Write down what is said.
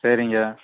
சரிங்க